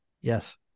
Yes